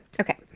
Okay